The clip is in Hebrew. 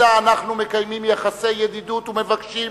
שאתה אנחנו מקיימים יחסי ידידות ומבקשים